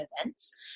events